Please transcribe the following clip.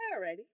Alrighty